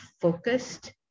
focused